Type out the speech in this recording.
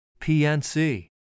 PNC